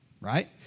right